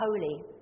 holy